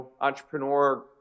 entrepreneur